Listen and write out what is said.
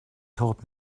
taught